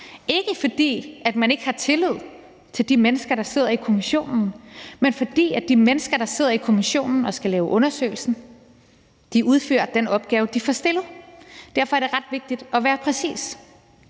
ikke fordi man ikke har tillid til de mennesker, der sidder i kommissionen, men for at sikre sig, at de mennesker, der sidder i kommissionen og skal lave undersøgelsen, udfører den opgave, de får stillet. Derfor er det ret vigtigt at være præcis.